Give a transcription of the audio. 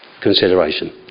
consideration